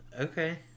Okay